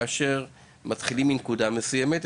כאשר מתחילים מנקודה מסוימת,